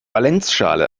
valenzschale